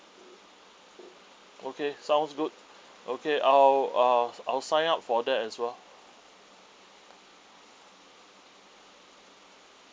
okay sounds good okay I'll uh I'll sign up for that as well